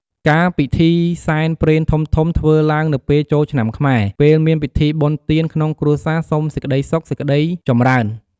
ការពិធីសែនព្រេនធំៗធ្វើឡើងនៅពេលចូលឆ្នាំខ្មែរ ពេលមានពិធីបុណ្យទានក្នុងគ្រួសារសុំសេចក្តីសុខសេចក្តីចម្រើន។